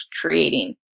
creating